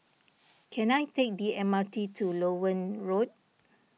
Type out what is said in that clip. can I take the M R T to Loewen Road